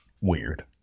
weird